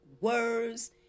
words